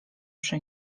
przy